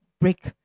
break